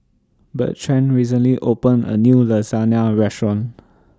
Bertrand recently opened A New Lasagne Restaurant